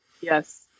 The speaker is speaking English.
yes